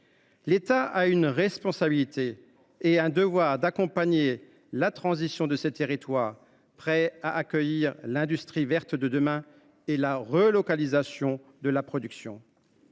L’État a une responsabilité ; il a le devoir d’accompagner la transition de ces territoires, qui sont prêts à accueillir l’industrie verte de demain et la relocalisation de la production.